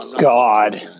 God